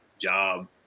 job